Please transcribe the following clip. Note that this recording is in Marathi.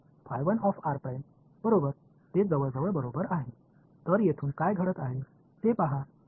तर बरोबर ते जवळजवळ बरोबर आहे तर येथून काय घडत आहे ते पहा